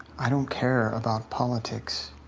i don't care about politics.